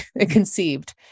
conceived